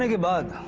abroad.